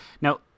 now